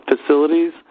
facilities